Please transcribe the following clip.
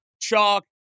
chalk